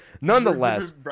Nonetheless